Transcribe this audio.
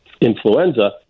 influenza